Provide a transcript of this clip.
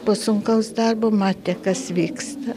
po sunkaus darbo matė kas vyksta